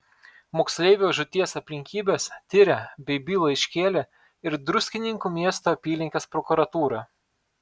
moksleivio žūties aplinkybes tiria bei bylą iškėlė ir druskininkų miesto apylinkės prokuratūra